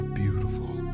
beautiful